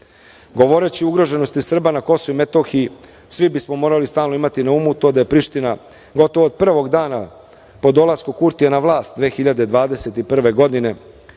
godina. Govoreći o ugroženosti Srba na Kosovu i Metohiji svi bismo morali stalno imati na umu to da je Priština gotovo od prvog dana po dolasku Kurtija na vlast 2021. godine